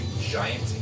giant